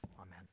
Amen